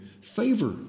favor